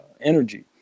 energy